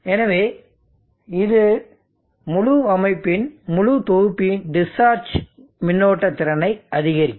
எனவே இது முழு அமைப்பின் முழு தொகுப்பின் டிஸ்சார்ஜ் மின்னோட்ட திறனை அதிகரிக்கும்